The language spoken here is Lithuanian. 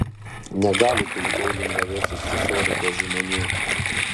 negalite į boulingą vestis šešiolikos žmonių